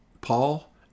Paul